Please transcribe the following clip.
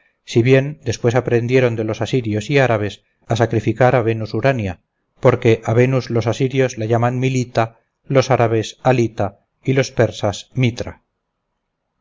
si bien después aprendieron de los asirios y árabes a sacrificar a venus urania porque a venus los asirios la llaman milita los árabes alita y los persas mitra